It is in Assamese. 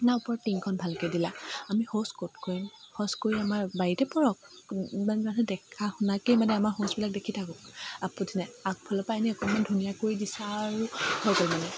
না ওপৰত টিনখন ভালকে দিলা আমি শৌচ ক'ত কৰিম শৌচ কৰি আমাৰ বাৰীতে পৰক মানে মানুহে দেখা শুনাকে মানে আমাৰ শৌচবিলাক দেখি থাকক আপত্তি নাই আগফালৰ পা এনেই অকণমান ধুনীয়া কৰি দিছা আৰু হৈ গ'ল মানে